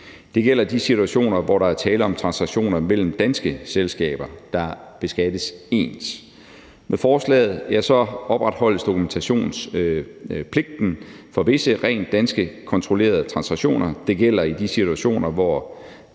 Det gælder de situationer, hvor der er tale om transaktioner mellem danske selskaber, der beskattes ens. Med forslaget opretholdes dokumentationspligten for visse rent dansk kontrollerede transaktioner. Det gælder i de situationer, hvor